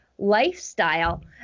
lifestyle